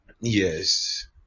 yes